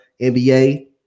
NBA